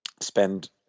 spend